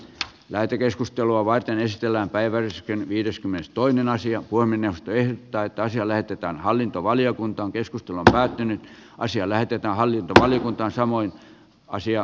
lähetekeskustelua varten ystävänpäivän sateen viideskymmenestoinen asia voi mennä töihin tai toisi lähetetään hallintovaliokunta on keskustellut katujen varsia lähetetä halli pelikuntoon samoin asia